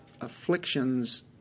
afflictions